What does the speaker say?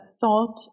thought